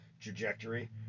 Trajectory